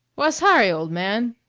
wha's hurry, old man?